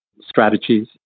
strategies